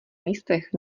místech